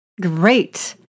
great